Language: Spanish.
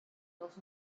dos